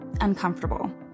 uncomfortable